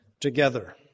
together